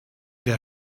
der